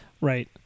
Right